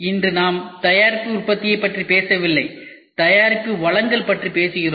இன்று நாம் தயாரிப்பு உற்பத்தியைப் பற்றி பேசவில்லை தயாரிப்பு வழங்கல் பற்றி பேசுகிறோம்